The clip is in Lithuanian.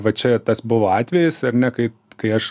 va čia tas buvo atvejis ar ne kai kai aš